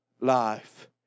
life